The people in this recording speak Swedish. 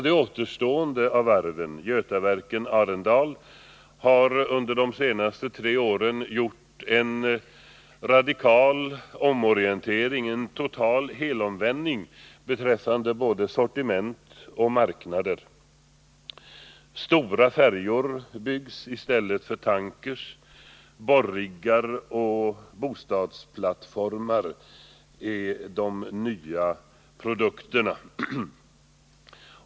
Det återstående varvet, Götaverken Arendal, har under de senaste tre åren gjort en radikal omorientering, en total helomvändning beträffande både sortiment och marknader. Stora färjor byggs i stället för tankers. Borrjiggar och bostadsplattformar är de nya produkterna.